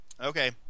Okay